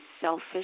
selfish